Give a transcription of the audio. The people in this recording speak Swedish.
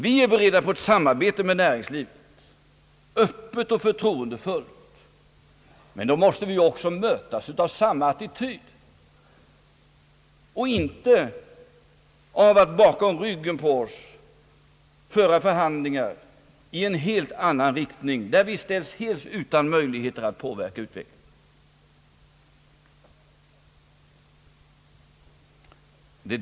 Vi är beredda på samarbete med näringslivet, öppet och förtroendefullt. Men då måste vi också mötas av samma attityd och inte av att det bakom ryggen på oss förs förhandlingar i en helt annan riktning och där vi ställs helt utan möjligheter att påverka utvecklingen.